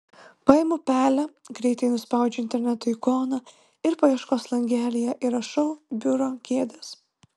paimu pelę greitai nuspaudžiu interneto ikoną ir paieškos langelyje įrašau biuro kėdės